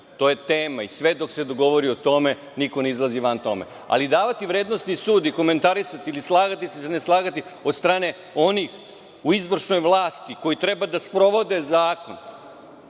To je tema i sve dok se govori o tome, niko ne izlazi van toga. Ali, davati vrednosti i sud ili komentarisati ili slagati se i ne slagati se od strane onih u izvršnoj vlasti koji treba da sprovode zakon,